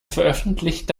veröffentlichte